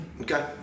Okay